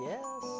Yes